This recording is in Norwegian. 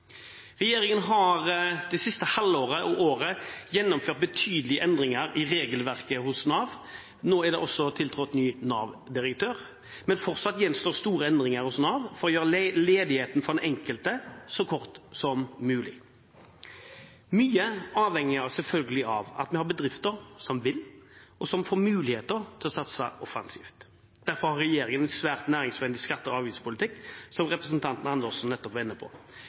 Regjeringen har det siste halvåret og året gjennomført betydelige endringer i regelverket hos Nav, nå er det også tiltrådt ny Nav-direktør, men fortsatt gjenstår store endringer hos Nav for å gjøre ledigheten for den enkelte så kort som mulig. Mye avhenger selvfølgelig av at vi har bedrifter som vil og får muligheter til å satse offensivt. Derfor har regjeringen en svært næringsvennlig skatte- og avgiftspolitikk, som representanten Andersen nettopp var inne på.